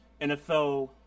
NFL